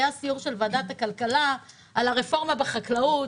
היה סיור של ועדת הכלכלה על הרפורמה בחקלאות,